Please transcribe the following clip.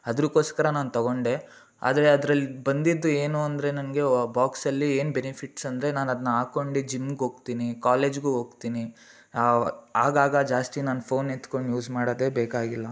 ಅದಕ್ಕೋಸ್ಕರ ನಾನು ತೊಗೊಂಡೆ ಆದರೆ ಅದ್ರಲ್ಲಿ ಬಂದಿದ್ದು ಏನು ಅಂದರೆ ನನಗೆ ಆ ಬಾಕ್ಸಲ್ಲಿ ಏನು ಬೆನಿಫಿಟ್ಸ್ ಅಂದರೆ ನಾನು ಅದನ್ನ ಹಾಕ್ಕೊಂಡಿ ಜಿಮ್ಗೆ ಹೋಗ್ತೀನಿ ಕಾಲೇಜ್ಗೂ ಹೋಗ್ತೀನಿ ಆಗಾಗ ಜಾಸ್ತಿ ನಾನು ಫೋನ್ ಎತ್ಕೊಂಡು ಯೂಸ್ ಮಾಡೋದೇ ಬೇಕಾಗಿಲ್ಲ